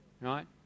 right